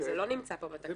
כי זה לא נמצא פה בתקנות.